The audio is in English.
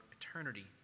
eternity